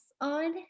on